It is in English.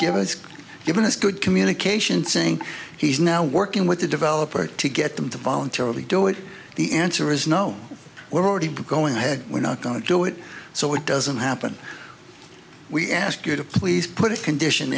is given as good communication saying he's now working with the developer to get them to voluntarily do it the answer is no we're already going ahead we're not going to do it so it doesn't happen we ask you to please put it condition